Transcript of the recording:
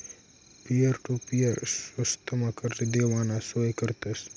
peer to peer स्वस्तमा कर्ज देवाना सोय करतस